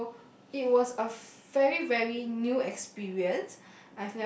so it was a very very new experience